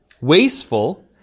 wasteful